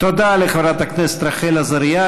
תודה לחברת הכנסת רחל עזריה.